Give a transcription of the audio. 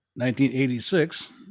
1986